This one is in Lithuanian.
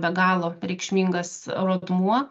be galo reikšmingas rodmuo